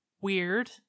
weird